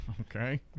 Okay